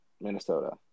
Minnesota